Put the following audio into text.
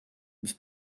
mis